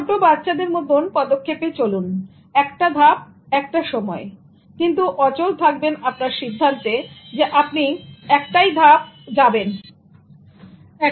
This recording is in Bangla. ছোট বাচ্চাদের মতন পদক্ষেপে চলুন একটা ধাপ একটা সময়ে কিন্তু অচল থাকবেন আপনার সিদ্ধান্তে যে আপনি একটাই ধাপ এগোবেন এর মধ্যে দিয়েই আপনি পৌঁছে যাবেন আপনার লক্ষ্যে